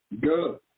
Good